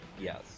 Yes